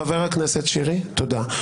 חבר הכנסת שירי, תודה.